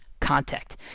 contact